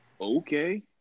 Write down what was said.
Okay